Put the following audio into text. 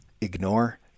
ignore